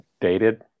dated